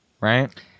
Right